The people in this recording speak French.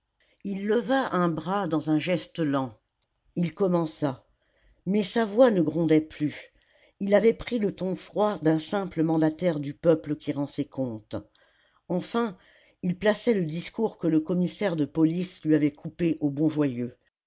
il leva un bras dans un geste lent il commença mais sa voix ne grondait plus il avait pris le ton froid d'un simple mandataire du peuple qui rend ses comptes enfin il plaçait le discours que le commissaire de police lui avait coupé au